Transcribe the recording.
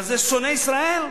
מה זה, שונאי ישראל?